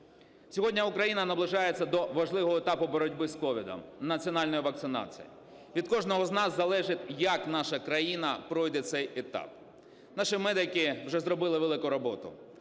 Сьогодні Україна наближається до важливого етапу боротьби з COVID– національної вакцинації. Від кожного з нас залежить, як наша країна пройде цей етап. Наші медики вже зробили велику роботу.